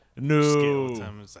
No